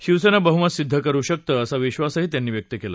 शिवसेना बहुमत सिद्ध करु शकते असा विश्वास त्यांनी व्यक्त केला